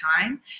time